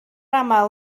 aml